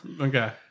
Okay